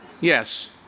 Yes